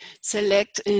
select